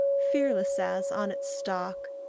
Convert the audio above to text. fearless as, on its stalk,